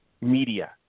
Media